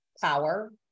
power